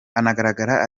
anagaragara